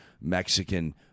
Mexican